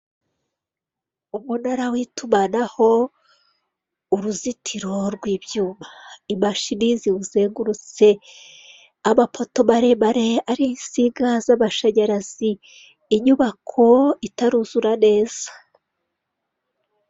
Umunara w'itumanaho, uruzitiro rw' ibyuma, imashini ziwuzengurutse, amapoto maremare ariho insinga z'amashanyarazi, inyubako itaruzura neza.